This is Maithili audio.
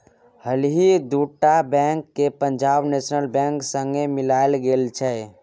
हालहि दु टा बैंक केँ पंजाब नेशनल बैंक संगे मिलाएल गेल छै